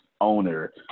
owner